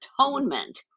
atonement